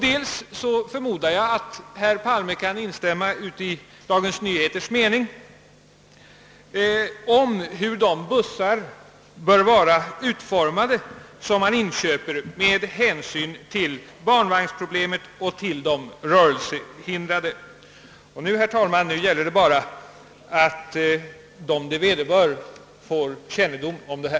Jag förmodar att herr Palme kan instämma i den mening som kommit till uttryck i Dagens Nyheter om hur de bussar som inköpes bör vara utformade med hänsyn till problemet med barnvagnar och till de rörelsehindrade. Nu gäller det bara, herr talman, att de som det vederbör får kännedom om detta.